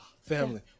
family